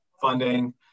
funding